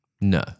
No